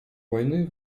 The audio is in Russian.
войны